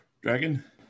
Dragon